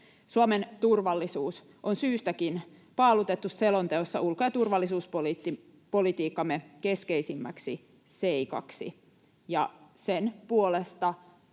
Suomen turvallisuus on syystäkin paalutettu selonteossa ulko- ja turvallisuuspolitiikkamme keskeisimmäksi seikaksi, ja sen puolesta